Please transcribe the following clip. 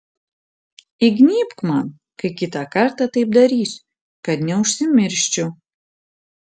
įgnybk man kai kitą kartą taip darysiu kad neužsimirščiau